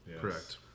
Correct